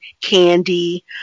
candy